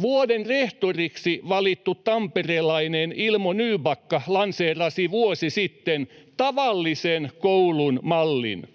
Vuoden rehtoriksi valittu tamperelainen Ilpo Nybacka lanseerasi vuosi sitten tavallisen koulun mallin: